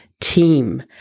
team